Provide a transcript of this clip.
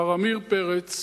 מר עמיר פרץ,